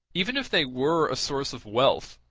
even if they were a source of wealth,